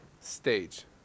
stage